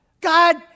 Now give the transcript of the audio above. God